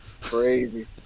Crazy